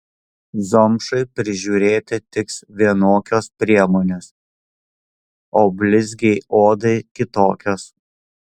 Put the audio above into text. zomšai prižiūrėti tiks vienokios priemonės o blizgiai odai kitokios